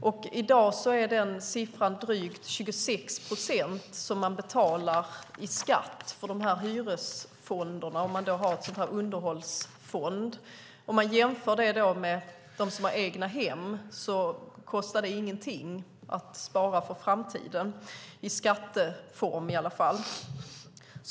I dag betalar man drygt 26 procent i skatt om man har en underhållsfond, men för dem som har egnahem kostar det ingenting att spara för framtiden, i skatteform i alla fall.